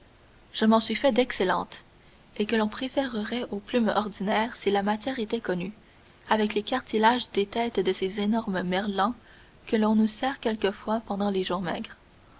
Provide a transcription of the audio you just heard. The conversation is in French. je m'en suis fait d'excellentes et que l'on préférerait aux plumes ordinaires si la matière était connue avec les cartilages des têtes de ces énormes merlans que l'on nous sert quelquefois pendant les jours maigres